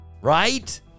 Right